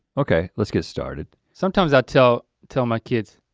okay, let's get started. sometimes i tell tell my kids,